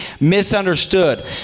misunderstood